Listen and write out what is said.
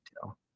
tell